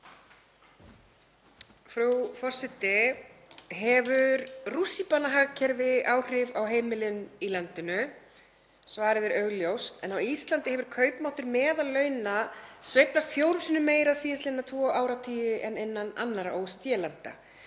Frú forseti. Hefur rússíbanahagkerfi áhrif á heimilin í landinu? Svarið er augljóst, en á Íslandi hefur kaupmáttur meðallauna sveiflast fjórum sinnum meira síðastliðna tvo áratugi en innan annarra OECD-landa.